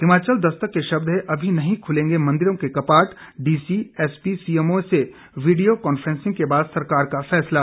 हिमाचल दस्तक के शब्द हैं अभी नहीं खुलेंगे मंदिरों के कपाट डीसी एसपी सीएमओ से वीडियो कांफ़ेसिंग के बाद सरकार का फैसला